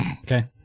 Okay